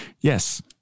Yes